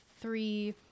three